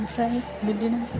ओमफ्राय बिदिनो